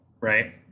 right